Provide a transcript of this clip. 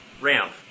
ramp